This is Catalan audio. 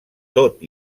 tot